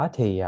Thì